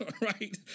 right